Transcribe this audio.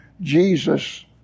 Jesus